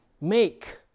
make